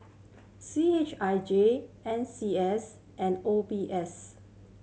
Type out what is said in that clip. C H I J N C S and O B S